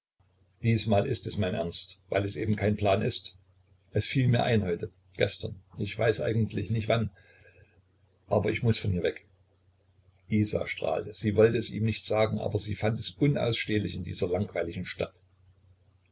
diesmal ist es mein ernst weil es eben kein plan ist es fiel mir ein heute gestern ich weiß eigentlich nicht wann aber ich muß von hier weg isa strahlte sie wollte es ihm nicht sagen aber sie fand es unausstehlich in dieser langweiligen stadt